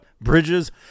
bridges